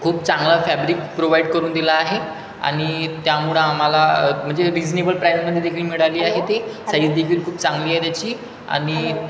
खूप चांगला fabric provide करून दिला आहे आणि त्यामुळं आम्हाला म्हणजे रिजनेबल प्राईजमध्ये देखील मिळाली आहे ते साईज देखील खूप चांगली आहे त्याची आणि